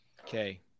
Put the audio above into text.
Okay